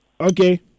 Okay